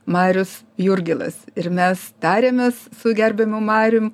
marius jurgilas ir mes tarėmės su gerbiamu marium